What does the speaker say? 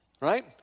right